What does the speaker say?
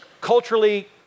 culturally